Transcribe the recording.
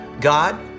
God